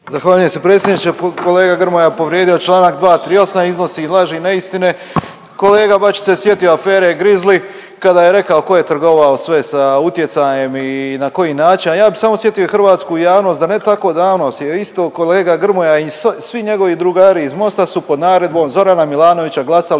Zahvaljujem se predsjedniče. Kolega Grmoja je povrijedio čl. 238., iznosi laži i neistine. Kolega Bačić se sjetio afere Grizli kada je rekao ko je trgovao sve sa utjecajem i na koji način, a ja bi samo sjetio hrvatsku javnost da ne tako davno si je isto kolega Grmoja i svi njegovi drugari iz Mosta su pod naredbom Zorana Milanovića glasali